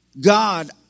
God